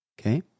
Okay